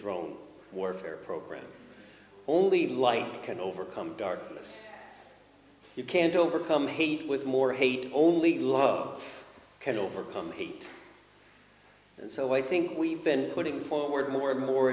drone warfare program only light can overcome darkness you can't overcome hate with more hate only love can overcome hate and so i think we've been putting forward more and more